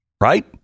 Right